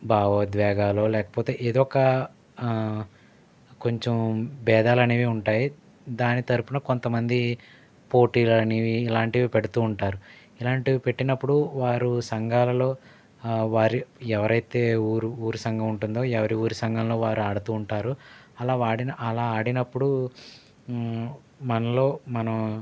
భావోద్వేగాలో లేకపోతే ఇదొక కొంచెం బేధాలనేవి ఉంటాయి దాని తరపున కొంతమంది పోటీలనేవి ఇలాంటివి పెడుతూ ఉంటారు ఇలాంటివి పెట్టినప్పుడు వారు సంఘాలలో వారి ఎవరైతే ఊరి ఊరి సంఘం ఉంటుందో ఎవరి ఊరు సంఘంలో వారు ఆడుతూ ఉంటారు అలా వాడి ఆడినప్పుడు మనలో మనం